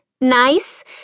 Nice